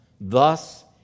Thus